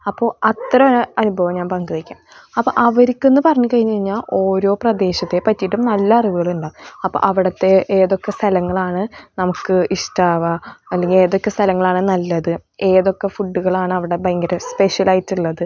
അപ്പോൾ അത്തരം ഒരു അനുഭവം ഞാൻ പങ്കു വയ്ക്കാം അപ്പോൾ അവരെക്കൊന്ന് പറഞ്ഞു കഴിഞ്ഞാൽ ഓരോ പ്രദേശത്തെ പറ്റിയിട്ടും നല്ല അറിവുകളുണ്ടാകും അപ്പം അവിടത്തെ ഏതൊക്കെ സ്ഥലങ്ങളാണ് നമുക്ക് ഇഷ്ടമാവുക അല്ലെങ്കിൽ ഏതൊക്കെ സ്ഥലങ്ങളാണ് നല്ലത് ഏതൊക്കെ ഫുഡുകളാണ് അവിടെ ഭയങ്കര സ്പെഷ്യലായിട്ട് ഉ ള്ളത്